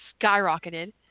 skyrocketed